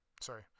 sorry